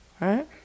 right